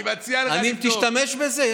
תשתמש בזה.